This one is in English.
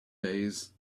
days